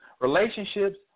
Relationships